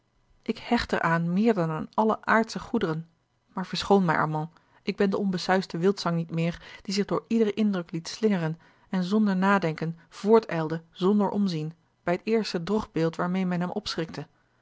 ik hecht er aan meer dan aan alle aardsche goederen maar verschoon mij armand ik ben de onbesuisde wildzang niet meer die zich door iederen indruk liet slingeren en zonder nadenken voortijlde zonder omzien bij t eerste drogbeeld waarmeê men hem